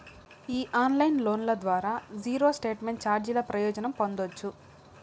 ఈ ఆన్లైన్ లోన్ల ద్వారా జీరో స్టేట్మెంట్ చార్జీల ప్రయోజనం పొందచ్చు